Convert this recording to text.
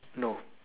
no